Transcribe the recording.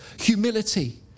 humility